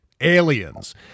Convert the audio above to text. aliens